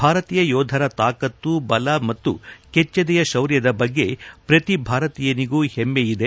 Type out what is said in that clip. ಭಾರತೀಯ ಯೋಧರ ತಾಕತ್ತು ಬಲ ಮತ್ತು ಕೆಚ್ಚೆದೆಯ ಶೌರ್ಯದ ಬಗ್ಗೆ ಪ್ರತಿ ಭಾರತೀಯನಿಗೂ ಹೆಮ್ಮೆ ಇದೆ